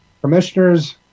Commissioners